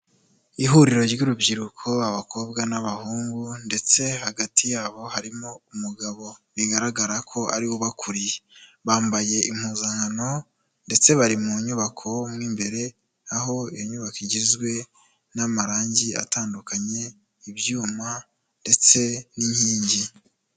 Ihuriro ry'urubyiruko abakobwa n'abahungu ndetse hagati yabo harimo umugabo bigaragara ko ariwe ubakuriye, bambaye impuzankano, ndetse bari mu nyubako nk'imbere aho inyubako igizwe n'amarangi atandukanye, ibyuma ndetse n'inkingi.